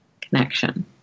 connection